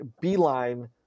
beeline